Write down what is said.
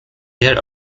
there